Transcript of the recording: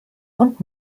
und